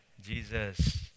Jesus